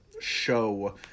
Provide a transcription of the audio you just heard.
show